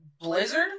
Blizzard